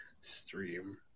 Stream